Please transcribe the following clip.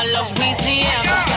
Louisiana